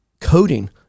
coding